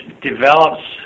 develops